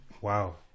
Wow